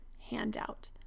handout